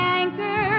anchor